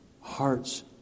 hearts